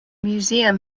museum